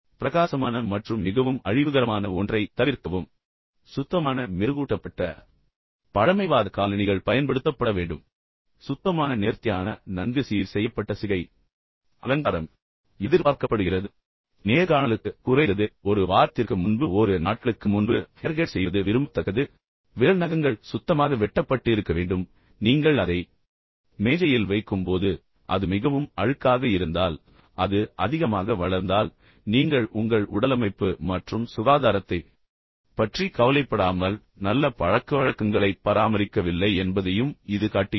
எனவே பிரகாசமான மற்றும் மிகவும் அழிவுகரமான ஒன்றை தவிர்க்கவும் சுத்தமான மெருகூட்டப்பட்ட பழமைவாத காலணிகள் பயன்படுத்தப்பட வேண்டும் சுத்தமான நேர்த்தியான நன்கு சீர் செய்யப்பட்ட சிகை அலங்காரம் எதிர்பார்க்கப்படுகிறது நேர்காணலுக்கு குறைந்தது ஒரு வாரத்திற்கு முன்பு ஓரிரு நாட்களுக்கு முன்பு ஹேர்கட் செய்வது விரும்பத்தக்கது விரல் நகங்கள் சுத்தமாக வெட்டப்பட்டு இருக்கவேண்டும் சில நேரங்களில் நீங்கள் அதை மேஜையில் வைக்கும்போது எனவே அது மிகவும் தூசியாக இருந்தால் பின்னர் அது அதிகமாக வளர்ந்தால் நீங்கள் உங்கள் உடலமைப்பு மற்றும் சுகாதாரத்தைப் பற்றி கவலைப்படாமல் நல்ல பழக்கவழக்கங்களைப் பராமரிக்கவில்லை என்பதையும் இது காட்டுகிறது